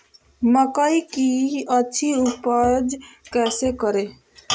मकई की अच्छी उपज कैसे करे?